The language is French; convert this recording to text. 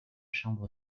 chambre